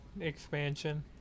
expansion